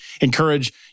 encourage